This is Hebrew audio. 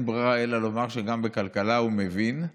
ברירה אלא לומר שגם בכלכלה הוא מבין,